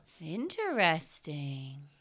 Interesting